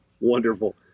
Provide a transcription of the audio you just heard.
Wonderful